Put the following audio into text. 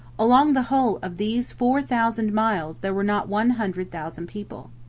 along the whole of these four thousand miles there were not one hundred thousand people.